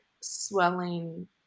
swelling